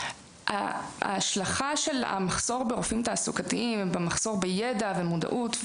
ההשלכה של המחסור ברופאים תעסוקתיים ובמחסור בידע ומודעות,